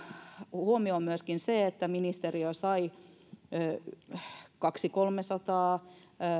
huomioon myöskin se että ministeriö sai kaksisataa viiva kolmesataa